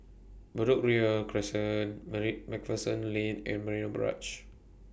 Bedok Ria Crescent Marik MacPherson Lane and Marina Barrage